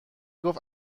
گفت